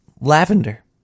lavender